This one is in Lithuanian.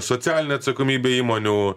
socialinė atsakomybė įmonių